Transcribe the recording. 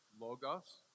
logos